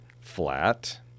Flat